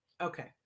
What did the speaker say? Okay